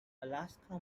alaska